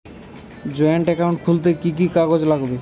Joint account খুলতে কি কি কাগজ লাগবে?